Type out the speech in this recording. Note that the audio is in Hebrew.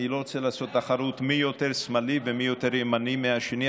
אני לא רוצה לעשות תחרות מי יותר שמאלי ומי יותר ימני מהשני,